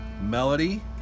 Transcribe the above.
Melody